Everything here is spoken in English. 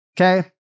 okay